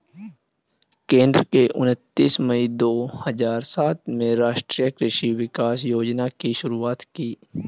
केंद्र ने उनतीस मई दो हजार सात में राष्ट्रीय कृषि विकास योजना की शुरूआत की